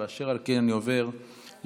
חבר הכנסת יצחק פינדרוס,